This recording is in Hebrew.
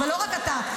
ולא רק אתה,